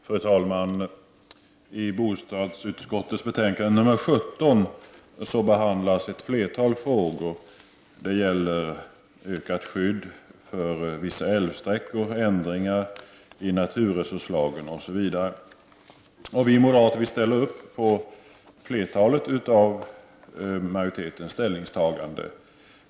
Fru talman! I bostadsutskottets betänkande nr 17 behandlas ett flertal frågor: ökat skydd för vissa älvsträckor, ändringar i naturresurslagen osv. Vi moderater biträder flertalet av majoritetens ställningstaganden.